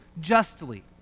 justly